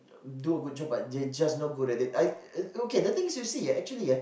do a good job but they just not good at it I the thing you see actually ah